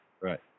Right